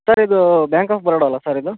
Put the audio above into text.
sir ಇದು bank of Baroda ಅಲ್ವ sir ಇದು